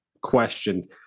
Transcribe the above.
question